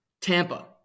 Tampa